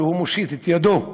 שהוא מושיט את ידו,